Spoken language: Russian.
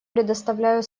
предоставляю